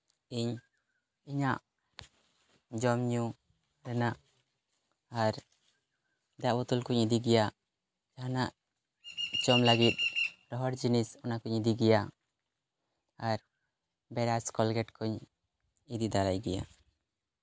ᱤᱧ ᱤᱧᱟᱹᱜ ᱡᱚᱢ ᱧᱩ ᱨᱮᱱᱟᱜ ᱟᱨ ᱫᱟᱜ ᱵᱳᱛᱳᱞ ᱠᱚᱹᱧ ᱤᱫᱤ ᱜᱮᱭᱟ ᱡᱟᱦᱟᱱᱟᱜ ᱡᱚᱢ ᱞᱟᱹᱜᱤᱫ ᱨᱚᱦᱚᱲ ᱡᱤᱱᱤᱥ ᱚᱱᱟᱠᱚᱧ ᱤᱫᱤ ᱜᱮᱭᱟ ᱟᱨ ᱵᱨᱟᱥ ᱠᱚᱞᱜᱮᱹᱴ ᱠᱚᱹᱧ ᱤᱫᱤ ᱫᱟᱨᱟᱭ ᱜᱮᱭᱟ